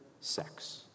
sex